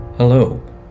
Hello